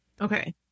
Okay